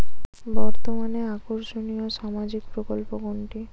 বর্তমানে আকর্ষনিয় সামাজিক প্রকল্প কোনটি?